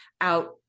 out